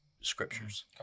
Scriptures